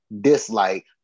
dislike